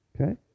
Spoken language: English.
Okay